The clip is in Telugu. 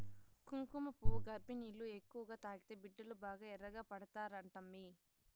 కుంకుమపువ్వు గర్భిణీలు ఎక్కువగా తాగితే బిడ్డలు బాగా ఎర్రగా పడతారంటమ్మీ